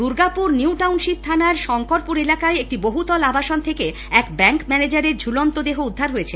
Durgapur new township থানার শঙ্করপুর এলাকায় একটি বহুতল আবাসন থেকে এক ব্যঙ্ক ম্যানেজারের ঝুলন্ত দেহ উদ্ধার হয়েছে